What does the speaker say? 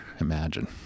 imagine